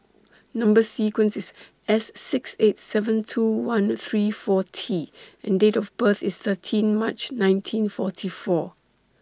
Number sequence IS S six eight seven two one three four T and Date of birth IS thirteen March nineteen forty four